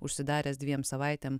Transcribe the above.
užsidaręs dviem savaitėm